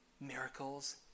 miracles